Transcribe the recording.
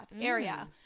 area